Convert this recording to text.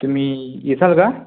तुम्ही येचाल का